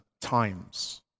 times